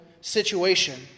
situation